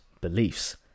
beliefs